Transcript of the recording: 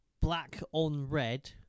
black-on-red